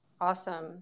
Awesome